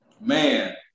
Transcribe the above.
man